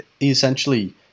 essentially